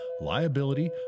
liability